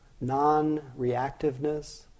non-reactiveness